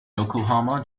yokohama